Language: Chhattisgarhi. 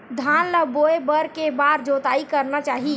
धान ल बोए बर के बार जोताई करना चाही?